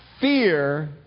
Fear